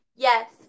Yes